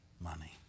money